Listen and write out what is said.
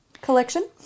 Collection